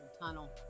Tunnel